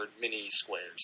mini-squares